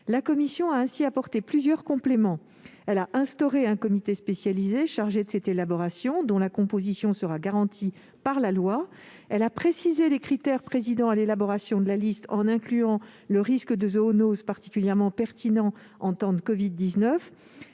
La commission a ainsi apporté plusieurs compléments. Elle a instauré un comité spécialisé chargé de cette élaboration, dont la composition sera garantie par la loi. Elle a précisé les critères présidant à l'élaboration de la liste, en incluant le risque de zoonose, particulièrement pertinent en temps d'épidémie